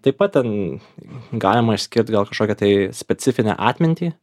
taip pat ten galima išskirti gal kažkokią tai specifinę atmintį